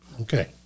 Okay